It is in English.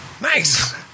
Nice